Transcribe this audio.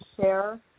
share